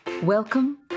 Welcome